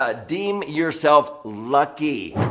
ah deem yourself lucky.